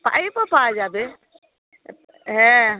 পাইপও পাওয়া যাবে হ্যাঁ